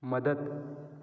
मदत